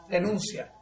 Denuncia